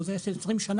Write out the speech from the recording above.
הוא עושה את זה 20 שנה.